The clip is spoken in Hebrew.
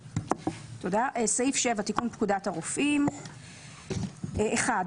תיקון פקודת7.בפקודת הרופאים (נוסח חדש),